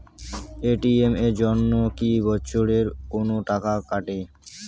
ATM এর জন্যে কি বছরে কোনো টাকা কাটে?